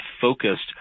focused